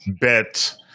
bet